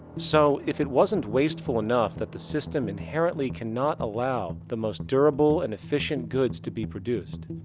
so, if it wasn't wasteful enough that the system inherently cannot allow the most durable and efficient goods to be produced,